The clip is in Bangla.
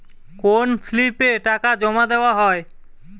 কোন স্লিপে টাকা জমাদেওয়া হয়?